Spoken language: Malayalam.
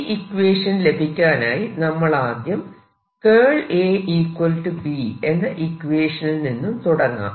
ഈ ഇക്വേഷൻ ലഭിക്കാനായി നമ്മൾ ആദ്യം A B എന്ന ഇക്വേഷനിൽ നിന്ന് തുടങ്ങാം